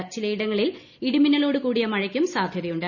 ജില്ലകളിൽ ചിലയിടങ്ങളിൽ ഇടിമിന്നലോട് കൂടിയ മഴയ്ക്കും സാധ്യതയുണ്ട്